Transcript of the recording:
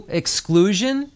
exclusion